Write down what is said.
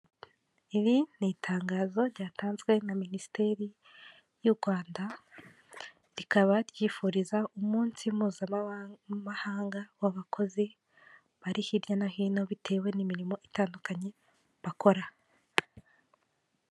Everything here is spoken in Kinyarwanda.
Uyu n’umuhanda wo mu bwoko bwa kaburimbo usize amabara y'umukara n'uturongo tw'umweru, kuhande hari ubusitani bwiza burimo ibiti birebire bitanga umuyaga n'amahumbezi ku binyabiziga bihanyura byose.